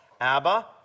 Abba